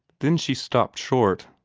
then she stopped short,